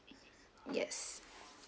yes